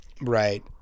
Right